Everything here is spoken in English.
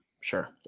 Sure